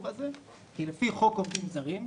כי לפי חוק עובדים זרים,